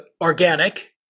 organic